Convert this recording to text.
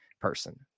person